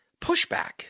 pushback